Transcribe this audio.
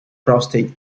prostate